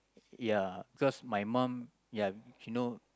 ya cause my mum ya you know